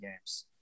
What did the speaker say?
games